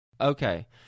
Okay